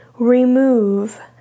Remove